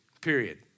period